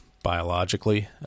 biologically